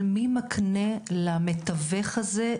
אבל מי מקנה למתווך הזה,